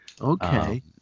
Okay